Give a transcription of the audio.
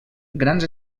grans